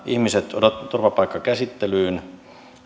ihmiset turvapaikkakäsittelyyn